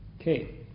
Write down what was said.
Okay